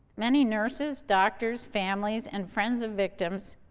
many nurses, doctors, families and friends of victims,